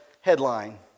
headline